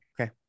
Okay